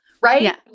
right